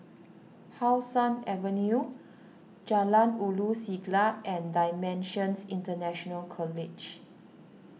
How Sun Avenue Jalan Ulu Siglap and Dimensions International College